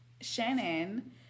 Shannon